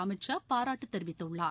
அமித் ஷா பாராட்டு தெரிவித்துள்ளார்